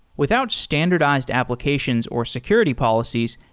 without standardized applications or security policies,